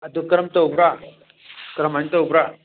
ꯑꯗꯨ ꯀꯔꯝ ꯇꯧꯕ꯭ꯔꯥ ꯀꯔꯝꯍꯥꯏꯅ ꯇꯧꯕ꯭ꯔꯥ